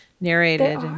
narrated